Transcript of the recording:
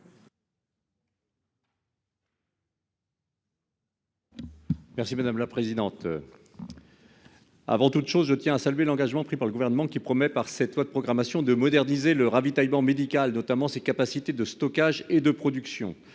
Merci madame la présidente. Avant toute chose, je tiens à saluer l'engagement pris par le gouvernement qui promet par cette loi de programmation de moderniser le ravitaillement médical notamment ses capacités de stockage et de production